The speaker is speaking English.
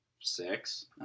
six